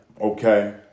Okay